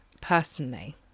personally